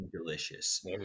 delicious